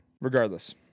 Regardless